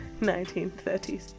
1930s